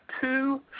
two